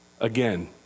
Again